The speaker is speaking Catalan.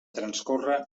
transcórrer